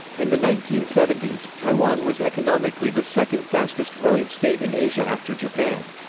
in the nineteen seventy s, taiwan was economically the second fastest growing state in asia after japan.